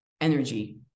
energy